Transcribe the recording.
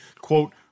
quote